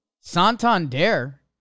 Santander